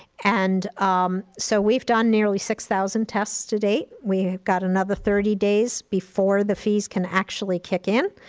and um so we've done nearly six thousand tests to date. we've got another thirty days before the fees can actually kick in,